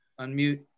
unmute